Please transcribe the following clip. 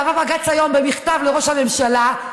קרא בג"ץ היום במכתב לראש הממשלה,